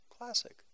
classic